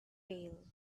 pail